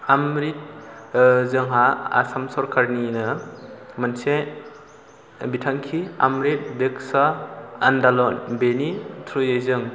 अम्रिट जोंहा आसाम सोरखारनिनो मोनसे बिथांखि अम्रिट ब्रिकश्या आनदलन बेनि थ्रुयै जों